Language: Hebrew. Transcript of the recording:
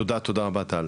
תודה רבה טל.